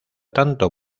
tanto